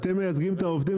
אתם מייצגים את העובדים,